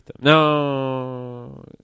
No